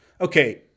Okay